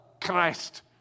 Christ